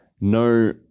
no